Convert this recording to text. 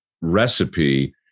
recipe